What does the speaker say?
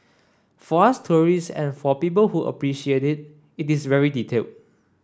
for us tourists and for people who appreciate it it is very detailed